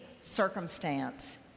circumstance